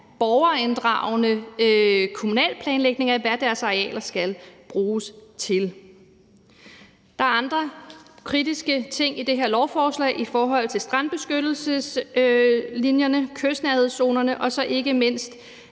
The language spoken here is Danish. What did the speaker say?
borgerinddragende kommunalplanlægning af, hvad deres arealer skal bruges til. Der er andre kritiske ting i det her lovforslag i forhold til strandbeskyttelseslinjerne og kystnærhedszonerne og så ikke mindst